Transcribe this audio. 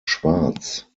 schwarz